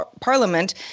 parliament